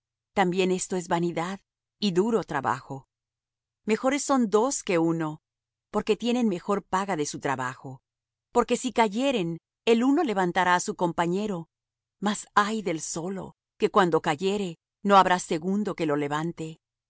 también esto es vanidad y duro trabajo mejores son dos que uno porque tienen mejor paga de su trabajo porque si cayeren el uno levantará á su compañero mas ay del solo que cuando cayere no habrá segundo que lo levante